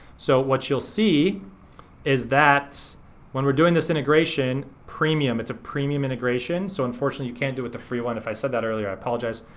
so what you'll see is that when we're doing this integration, premium, it's a premium integration. so unfortunately you can't do with the free one, if i said that earlier i apologize.